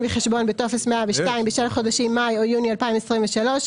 וחשבון בטופס 102 בשל חודשים מאי או יוני 2023,